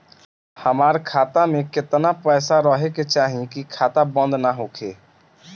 हमार खाता मे केतना पैसा रहे के चाहीं की खाता बंद ना होखे?